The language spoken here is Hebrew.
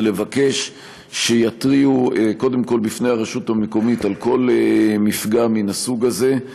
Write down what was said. ולבקש שיתריעו קודם כול בפני הרשות המקומית על כל מפגע מן הסוג הזה.